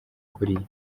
kuriya